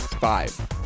five